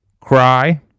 cry